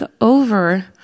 over